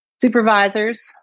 supervisors